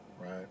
right